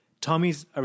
Tommy's